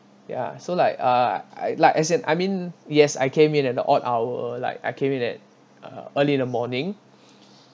ya so like uh I like as in I mean yes I came in at the odd hour like I came in at uh early in the morning